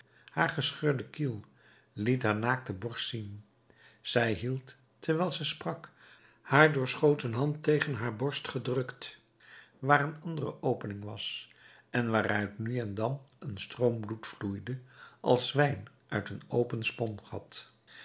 haar gescheurde kiel liet haar naakte borst zien zij hield terwijl ze sprak haar doorschoten hand tegen haar borst gedrukt waar een andere opening was en waaruit nu en dan een stroom bloed vloeide als wijn uit een open spongat